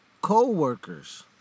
co-workers